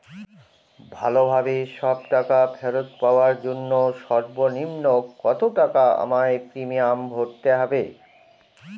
ভালোভাবে সব টাকা ফেরত পাওয়ার জন্য সর্বনিম্ন কতটাকা আমায় প্রিমিয়াম ভরতে হবে?